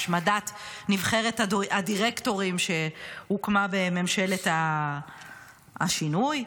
השמדת נבחרת הדירקטורים שהוקמה בממשלת השינוי.